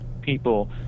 people